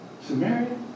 Samaria